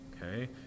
okay